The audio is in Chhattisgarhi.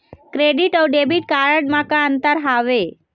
क्रेडिट अऊ डेबिट कारड म का अंतर हावे?